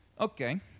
okay